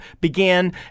began